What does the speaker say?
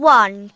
one